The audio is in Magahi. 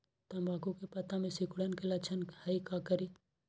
तम्बाकू के पत्ता में सिकुड़न के लक्षण हई का करी?